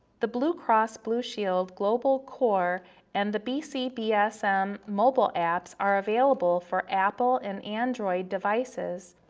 the blue cross blue shield global core and the bcbsm mobile apps are available for apple and android devices,